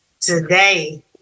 today